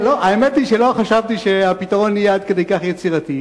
האמת היא שלא חשבתי שהפתרון יהיה עד כדי כך יצירתי,